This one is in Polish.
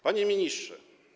Panie Ministrze!